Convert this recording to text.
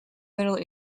middle